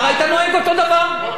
באמת?